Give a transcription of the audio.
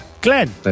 Glenn